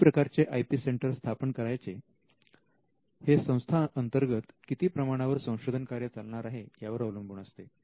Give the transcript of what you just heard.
कुठल्या प्रकारचे I P centre स्थापन करायचे हे संस्थेअंतर्गत किती प्रमाणावर संशोधन कार्य चालणार आहे यावर अवलंबून असते